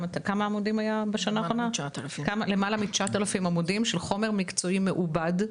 למעלה מ-9,000 עמודים של חומר מקצועי מעובד,